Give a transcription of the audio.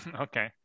Okay